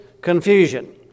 confusion